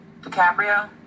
DiCaprio